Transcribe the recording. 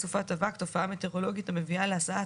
"סופת אבק" - תופעה מטאורולוגית המביאה להסעת